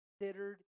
considered